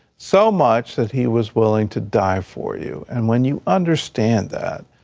so much that he was willing to die for you. and when you understand that,